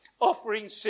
offering